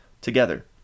together